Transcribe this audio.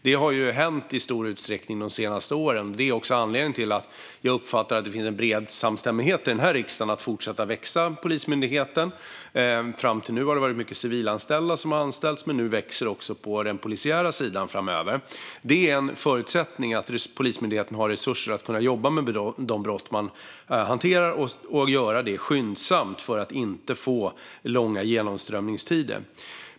Det har hänt i stor utsträckning de senaste åren. Det är också anledningen till att jag uppfattar att det finns en bred samstämmighet i riksdagen att fortsätta att låta Polismyndigheten växa. Fram till nu har det varit många civilanställda som har anställts. Nu växer det också på den polisiära sidan framöver. Det är en förutsättning att Polismyndigheten har resurser att kunna jobba med de brott den hanterar och att den kan göra det skyndsamt för att inte få långa genomströmningstider.